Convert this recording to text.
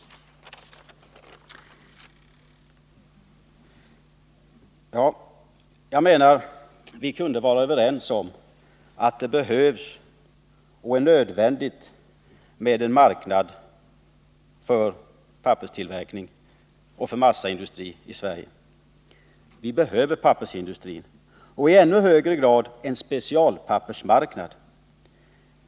Jag menar att vi kunde vara överens om att det är nödvändigt med papperstillverkning och massaindustri inom Sverige. Vi behöver pappersindustrin och i ännu högre grad en specialpappersindustri.